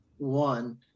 One